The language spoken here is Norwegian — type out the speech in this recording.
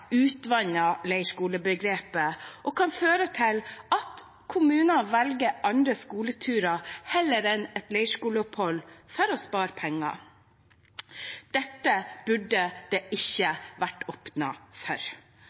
utvanner leirskolebegrepet og kan føre til at kommuner velger andre skoleturer heller enn et leirskoleopphold for å spare penger. Dette burde det ikke vært åpnet for.